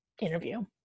interview